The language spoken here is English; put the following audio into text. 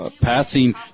passing